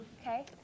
Okay